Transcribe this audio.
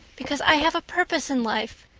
because i have a purpose in life.